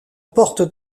porte